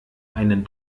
einen